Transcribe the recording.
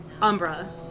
Umbra